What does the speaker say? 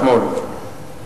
אתמול,